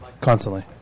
Constantly